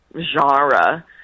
genre